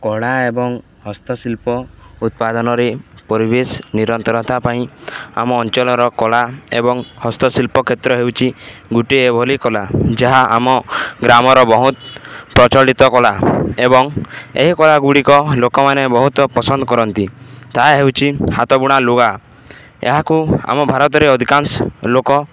କଳା ଏବଂ ହସ୍ତଶିଳ୍ପ ଉତ୍ପାଦନରେ ପରିବେଶ ନିରନ୍ତରତା ପାଇଁ ଆମ ଅଞ୍ଚଳର କଳା ଏବଂ ହସ୍ତଶିଳ୍ପ କ୍ଷେତ୍ର ହେଉଛି ଗୋଟିଏ ବୋଲି କଳା ଯାହା ଆମ ଗ୍ରାମର ବହୁତ ପ୍ରଚଳିତ କଳା ଏବଂ ଏହି କଳା ଗୁଡ଼ିକ ଲୋକମାନେ ବହୁତ ପସନ୍ଦ କରନ୍ତି ତାହା ହେଉଛି ହାତ ବୁଣା ଲୁଗା ଏହାକୁ ଆମ ଭାରତରେ ଅଧିକାଂଶ ଲୋକ